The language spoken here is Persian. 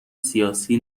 سیاسی